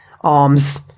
arms